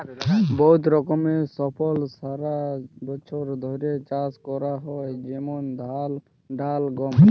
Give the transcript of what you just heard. বহুত রকমের ফসল সারা বছর ধ্যরে চাষ ক্যরা হয় যেমল ধাল, ডাল, গম